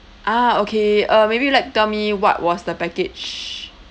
ah okay uh maybe you'd like to tell me what was the package